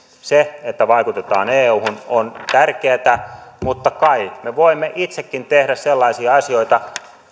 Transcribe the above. se että vaikutetaan euhun on tärkeätä mutta kai me voimme itsekin tehdä sellaisia asioita